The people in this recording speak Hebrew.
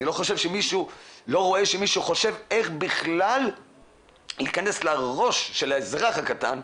איך מישהו חושב להיכנס לראש של האזרח הקטן.